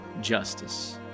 justice